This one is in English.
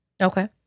Okay